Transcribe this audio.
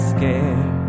Scared